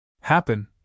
Happen